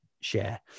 share